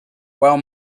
while